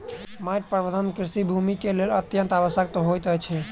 माइट प्रबंधन कृषि भूमिक लेल अत्यंत आवश्यक होइत अछि